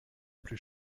plus